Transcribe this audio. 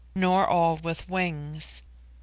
nor all with wings.